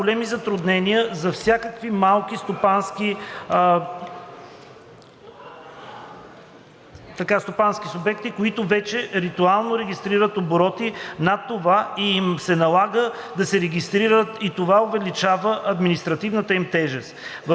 големи затруднения за всякакви малки стопански субекти, които вече рутинно регистрират обороти над това и им се налага да се регистрират и това увеличава административната им тежест.